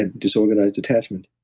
ah disorganized attachment.